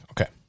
Okay